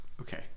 Okay